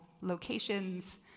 locations